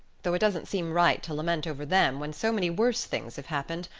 though it doesn't seem right to lament over them when so many worse things have happened.